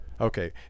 Okay